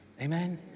amen